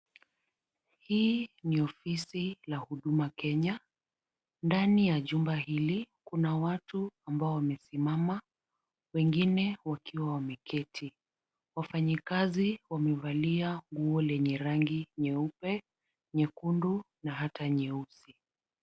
Hii ni ofisi la Huduma Kenya. Ndani ya jumba hili kuna watu ambao wamesimama, wengine wakiwa wameketi. Wafanyikazi wamevalia nguo lenye rangi nyeupe, nyekundu na hata nyeusi.